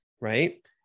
right